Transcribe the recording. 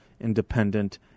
independent